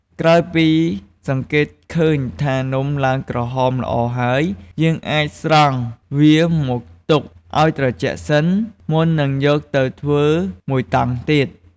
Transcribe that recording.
ក្រោយពីសង្កេតឃើញថានំឡើងក្រហមល្អហើយ យើងអាចស្រង់វាមកទុកឲ្យត្រជាក់សិន មុននឹងយកទៅធ្វើមួយតង់ទៀត។